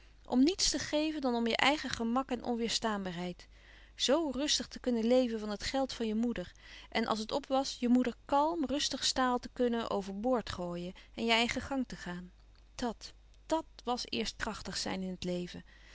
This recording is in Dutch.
om niets te geven dan om je eigen gemak en onweêrstaanbaarheid zo rustig te kunnen leven van het geld van je moeder en als het op was je moeder kalm rustig staal te kunnen over boord gooien en je eigen gang te gaan dat dàt was eerst krachtig zijn in het leven